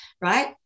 right